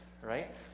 right